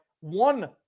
one